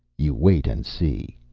you wait and see.